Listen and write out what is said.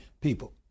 people